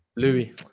Louis